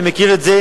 אני מכיר את זה